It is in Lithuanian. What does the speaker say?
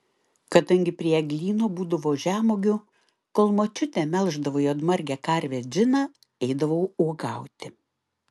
kadangi prie eglyno būdavo žemuogių kol močiutė melždavo juodmargę karvę džiną eidavau uogauti